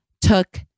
took